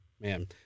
man